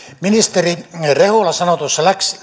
ministeri rehula sanoi tuossa